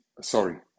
sorry